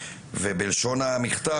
ובלשון המכתב,